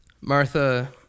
Martha